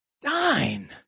dine